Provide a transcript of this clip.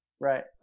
Right